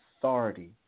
authority